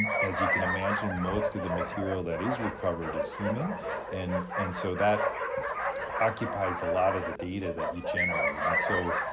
as you can imagine, most of the material that is recovered is human and and so, that occupies a lot of the data that you generate and so,